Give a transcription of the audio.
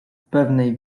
pewnej